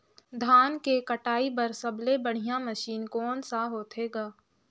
धान के कटाई बर सबले बढ़िया मशीन कोन सा होथे ग?